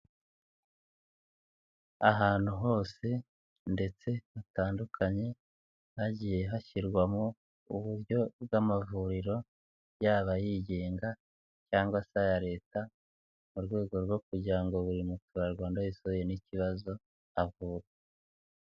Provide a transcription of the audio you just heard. Ahantu hose ndetse hatandukanye hagiye hashyirwamo uburyo bw'amavuriro yaba yigenga cyangwa se aya Leta, mu rwego rwo kugira ngo buri muturawanda yahuye n'ikibazo, avurwe.